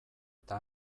eta